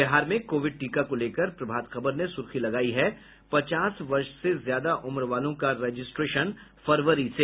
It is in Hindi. बिहार में कोविड टीका को लेकर प्रभात खबर ने सुर्खी लगायी है पचास वर्ष से ज्यादा उम्र वालों का रजिस्ट्रेशन फरवरी से